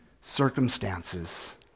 circumstances